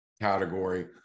category